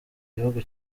gihugu